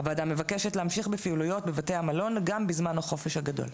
הוועדה מבקשת להמשיך בפעילויות בבתי המלון גם בזמן החופש הגדול.